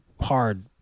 hard